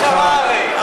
ההיסטורית הייתה מתביישת.